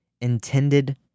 intended